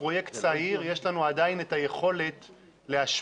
כפרויקט צעיר יש לנו עדיין את היכולת להשפיע,